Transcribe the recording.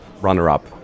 runner-up